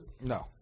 No